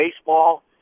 baseball